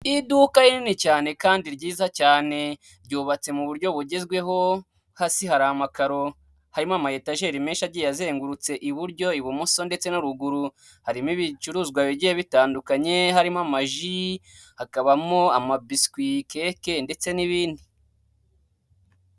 Iduka rinini cyane kandi ryiza cyane, ryubatse mu buryo bugezweho hasi hari amakaro, harimo amayetajeri menshi agiye azengurutse iburyo ibumoso ndetse no ruguru, harimo ibicuruzwa bigiye bitandukanye, harimo amaji, hakabamo amabiswi, keke ndetse n'ibindi.